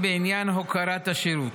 בעניין הוקרת השירות.